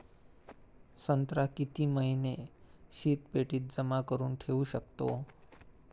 संत्रा किती महिने शीतपेटीत जमा करुन ठेऊ शकतो?